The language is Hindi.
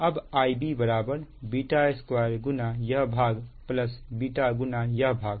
अब Ib बराबर β2 गुना यह भागβ गुना यह भाग